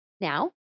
Now